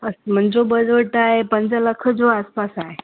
मुंहिंजो बजट आहे पंज लख जो आसि पासि आहे